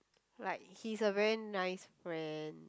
like he's a very nice friend